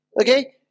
okay